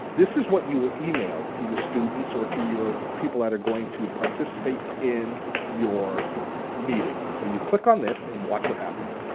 this is what you will email to your students or to your people that are going to participate in your meeting. so you click on this and watch what happens.